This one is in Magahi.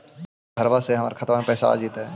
बहरबा से हमर खातबा में पैसाबा आ जैतय?